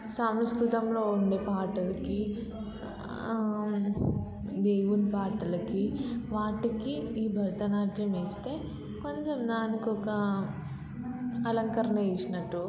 సంస్కృతంలో ఉండే పాటలకి దేవుని పాటలకి వాటికి ఈ భరతనాట్యం వేస్తే కొంచెం దానికి ఒక అలంకరణ చేసినట్టు